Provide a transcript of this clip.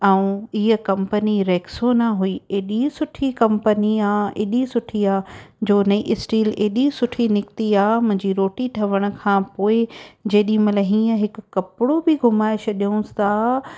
ऐं इहा company Rexona हुई एॾी सुठी कंपनी आहे एॾी सुठी आहे जो नई स्टील एॾी सुठी निकती आहे मुंहिंजी रोटी ठवण खां पोएं जेॾीमहिल हीअं हिकु कपिड़ो बि धुमाए छॾियुसि था